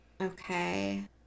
Okay